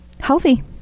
Healthy